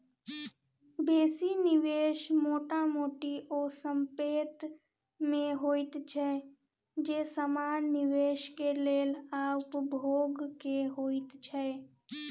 बेसी निवेश मोटा मोटी ओ संपेत में होइत छै जे समान निवेश के लेल आ उपभोग के होइत छै